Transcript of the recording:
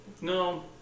No